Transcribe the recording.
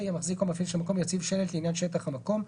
המחזיק או המפעיל של המקום יציב שלט לעניין שטח המקום,